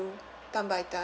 time by time